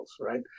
right